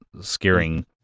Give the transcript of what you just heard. scaring